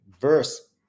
verse